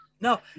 no